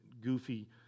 goofy